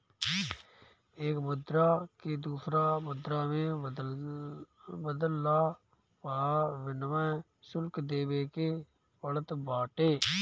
एक मुद्रा के दूसरा मुद्रा में बदलला पअ विनिमय शुल्क देवे के पड़त बाटे